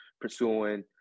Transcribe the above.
pursuing